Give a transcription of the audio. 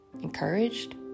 encouraged